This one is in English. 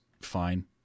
fine